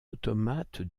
automate